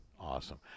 Awesome